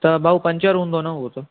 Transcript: त भाउ पंचरु हूंदो न उहो त